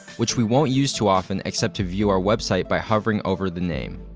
which we won't use too often except to view our website by hovering over the name.